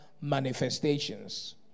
manifestations